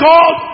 God